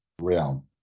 realm